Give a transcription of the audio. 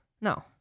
no